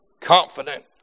confident